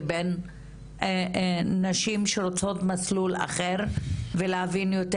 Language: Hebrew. לבין נשים שרוצות מסלול אחר ולהבין יותר,